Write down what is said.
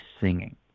singing